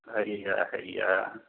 हैया हैया